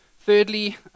Thirdly